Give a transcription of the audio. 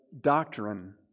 doctrine